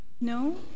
No